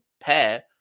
pair